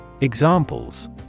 Examples